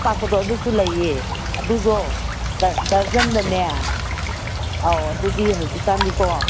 ꯑꯄꯥꯛꯄꯗꯣ ꯑꯗꯨꯁꯨ ꯂꯩꯌꯦ ꯑꯗꯨꯗꯣ ꯗꯔꯖꯟꯗꯅꯦ ꯑꯧ ꯑꯗꯨꯗꯤ ꯍꯧꯖꯤꯛꯀꯥꯟꯒꯤꯀꯣ